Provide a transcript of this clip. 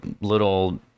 little